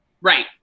Right